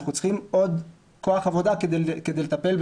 אנחנו צריכים עוד כוח עבודה כדי לטפל בשאר הדברים.